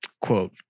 quote